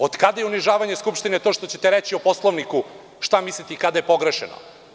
Od kada je unižavanje Narodne skupštine to što ćete reći o Poslovniku šta mislite i kada je pogrešeno?